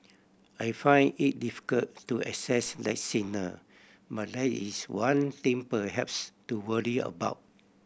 I find it difficult to assess that signal but that is one thing perhaps to worry about